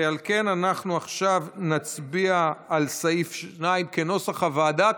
ועל כן אנחנו עכשיו נצביע על סעיף 2 כנוסח הוועדה,